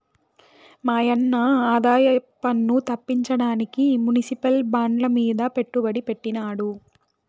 మాయన్న ఆదాయపన్ను తప్పించడానికి మునిసిపల్ బాండ్లమీద పెట్టుబడి పెట్టినాడు